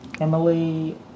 Emily